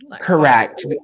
Correct